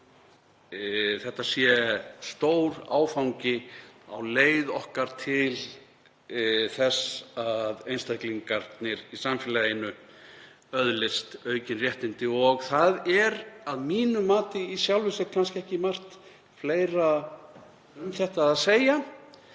þetta sé stór áfangi á leið okkar til þess að einstaklingarnir í samfélaginu öðlist aukin réttindi og það er að mínu mati í sjálfu sér kannski ekki margt fleira um þetta að segja